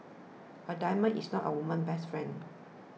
a diamond is not a woman's best friend